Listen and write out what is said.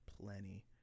plenty